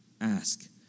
ask